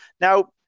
now